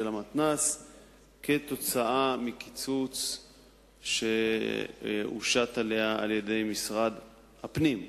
המתנ"ס כתוצאה מקיצוץ שהושת עליה על-ידי משרד הפנים,